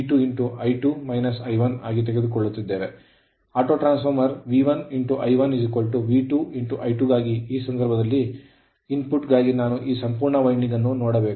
ಆದ್ದರಿಂದ autotransformer V1I1V2I2 ಗಾಗಿ ಈ ಸಂದರ್ಭದಲ್ಲಿ auto transformer input ಗಾಗಿ ನಾನು ಈ ಸಂಪೂರ್ಣ ವೈಂಡಿಂಗ್ ಅನ್ನು ನೋಡಬೇಕು